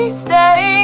stay